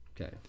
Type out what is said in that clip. Okay